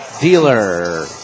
dealer